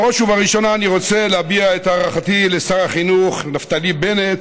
בראש ובראשונה אני רוצה להביע את הערכתי לשר החינוך נפתלי בנט